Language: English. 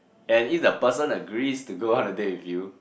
and if the person agrees to go out on a date with you